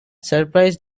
surprised